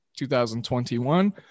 2021